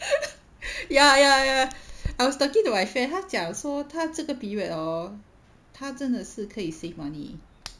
ya ya ya I was talking to my friend 他讲说他这个 period hor 他真的是可以 save money